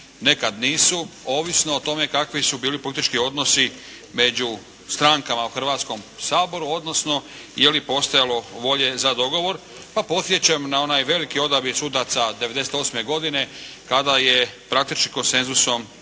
nekada nisu, ovisno o tome kakvi su bili politički odnosi među strankama u Hrvatskom saboru, odnosno, je li postojalo volje za dogovor. Pa podsjećam na onaj veliki odabir sudaca 98. godine kada je praktički konsenzusom